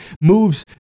moves